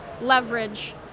leverage